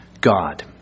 God